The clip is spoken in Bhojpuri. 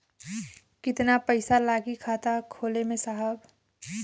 कितना पइसा लागि खाता खोले में साहब?